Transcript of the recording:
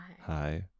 Hi